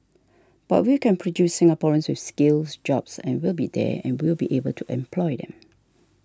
but we can produce Singaporeans with skills jobs and will be there and we will be able to employ them